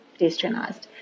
pedestrianised